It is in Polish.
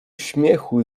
śmiechu